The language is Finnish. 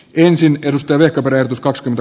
ensin perustelee green tuskastunut